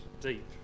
deep